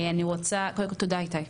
אני רוצה קודם כל תודה איתי.